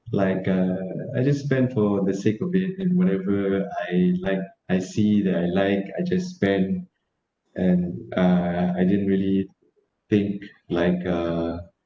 like uh I just spend for the sake of it and whatever I like I see that I like I just spend and uh I didn't really think like uh